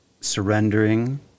surrendering